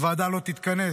הוועדה לא תתכנס,